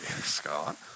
Scott